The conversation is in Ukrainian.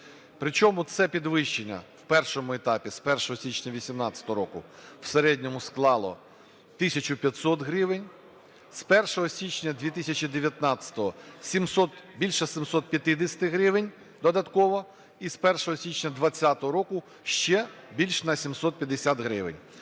При чому це підвищення в першому етапі, з 1 січня 18-го року, в середньому склало 1500 гривень, з 1 січня 2019 – більше 750 гривень додатково, і з 1 січня 20-го року – ще більше на 750 гривень.